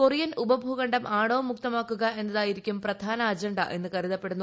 Korean ഉപഭൂഖണ്ഡം ആണവ മുക്തമാക്കുക എന്നതായിരിക്കും പ്രധാന അജണ്ട എന്ന് കരുതപ്പെടുന്നു